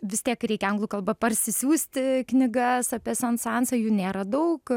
vis tiek reikia anglų kalba parsisiųsti knygas apie sensansą jų nėra daug